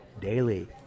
daily